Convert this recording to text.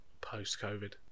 post-covid